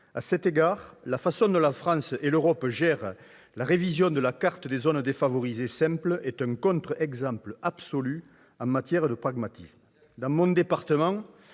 À cet égard, la façon dont la France et l'Europe gèrent la révision de la carte des zones défavorisées simples est un contre-exemple absolu en matière de pragmatisme. Exactement ! Dans mon département,